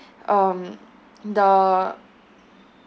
um the